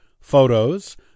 photos